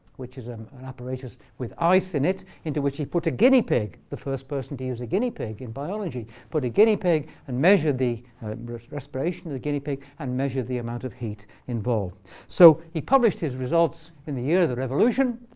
which um an apparatus with ice in it into which he put a guinea pig the first person to use a guinea pig in biology put a guinea pig and measured the respiration of the guinea pig and measured the amount of heat involved. so he published his results in the year of the revolution.